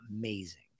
amazing